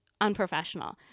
unprofessional